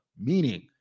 Meaning